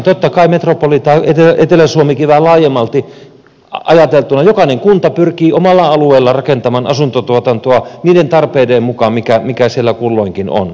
totta kai metropolialueella tai etelä suomessakin vähän laajemmalti ajateltuna jokainen kunta pyrkii omalla alueellaan rakentamaan asuntotuotantoa niiden tarpeiden mukaan mitä siellä kulloinkin on